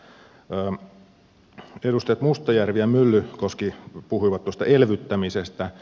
edustajat mustajärvi ja myllykoski puhuivat tuosta elvyttämisestä